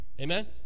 Amen